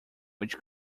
which